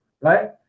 right